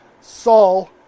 Saul